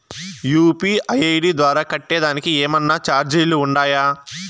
UPI ID ద్వారా కట్టేదానికి ఏమన్నా చార్జీలు ఉండాయా?